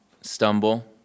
stumble